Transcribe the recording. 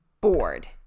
bored